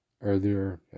earlier